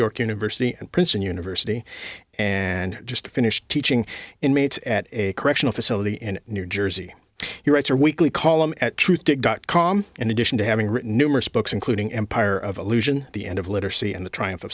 york university and princeton university and just finished teaching inmates at a correctional facility in new jersey he writes a weekly column at truthdig dot com in addition to having written numerous books including empire of illusion the end of literacy and the t